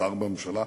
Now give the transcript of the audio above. שר בממשלה,